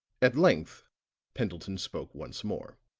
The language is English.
at length pendleton spoke once more.